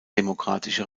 demokratische